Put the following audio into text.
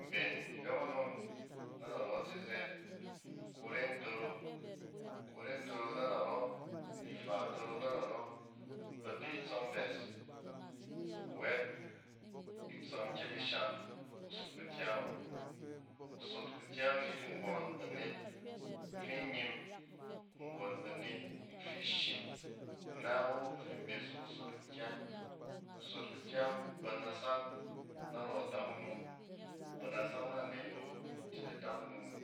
Mben yↄkↄnↄng na narↄ zizɛt kuren doro. Kuren doro na narↄ, ifa doro na narↄ. Babi itsↄm bɛs, wet itsↄm kyem ishan kusot kukyang awo. Kusot kukyang yet nggↄn banet fi nyim. Nggↄn banet in fi shim ina wu fi in bes ni kusot kukyang. Kusot kukyang ba nasang narↄ dakunom, ba nasang nanet awo, tit adakunom